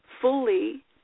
fully